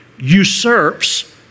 usurps